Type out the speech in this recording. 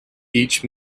each